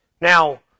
Now